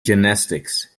gymnastics